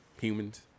humans